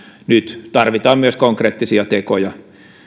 nyt tarvitaan myös konkreettisia tekoja